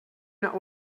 not